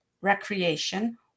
recreation